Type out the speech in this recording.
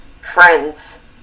friends